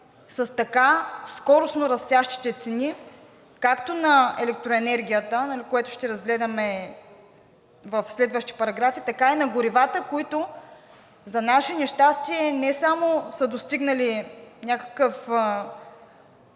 с така скоростно растящите цени както на електроенергията, което ще разгледаме в следващите параграфи, така и на горивата, които, за наше нещастие, не само са достигнали някакъв